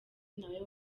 nawe